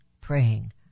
praying